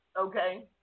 okay